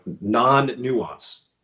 non-nuance